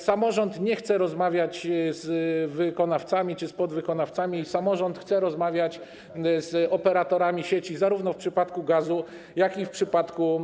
Samorząd nie chce rozmawiać z wykonawcami czy z podwykonawcami, samorząd chce rozmawiać z operatorami sieci, zarówno w przypadku gazu, jak i w przypadku